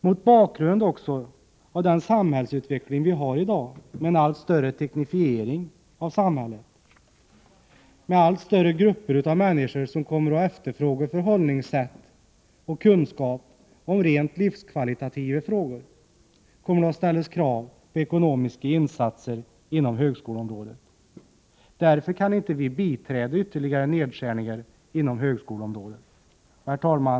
Mot bakgrund också av den samhällsutveckling som vi har i dag med en allt större teknifiering av samhället och med allt större grupper av människor som kommer att efterfråga förhållningssätt och kunskap om rent livskvalitativa frågor kommer det att ställas krav på ekonomiska insatser inom högskoleområdet. Därför kan vi inte biträda ytterligare nedskärningar inom högskoleområdet. Herr talman!